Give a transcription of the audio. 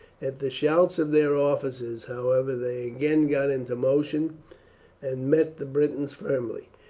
at the shouts of their officers, however, they again got into motion and met the britons firmly.